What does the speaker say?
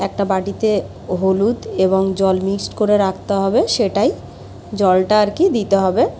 একটা বাটিতে হলুদ এবং জল মিক্সড করে রাখতে হবে সেটাই জলটা আর কি দিতে হবে